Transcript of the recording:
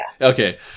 Okay